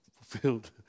fulfilled